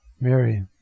Mary